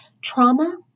trauma